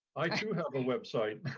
i do have a website.